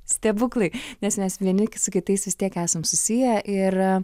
stebuklai nes mes vieni su kitais vis tiek esam susiję ir